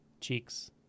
cheeks